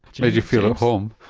it made you feel at home?